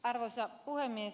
arvoisa puhemies